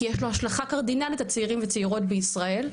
כי יש לו השלכה קרדינלית על צעירים וצעירות בישראל,